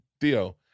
Theo